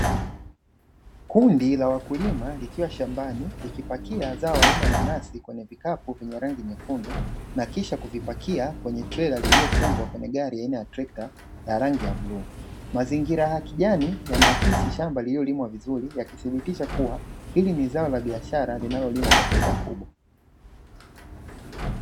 Kundi la wakulima likiwa shambani likipakia zao aina nanasi kwenye vikapu vyenye rangi nyekundu, na kisha kuvipakia kwenye trela lililofungwa kwenye gari aina ya trekta la rangi ya bluu mazingira ya kijani yanaakisi shamba lililolimwa vizuri ikithibitisha kuwa hili ni zao la biashara linalolimwa kwa faida kubwa.